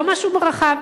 לא משהו רחב,